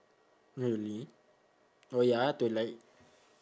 really oh ya to like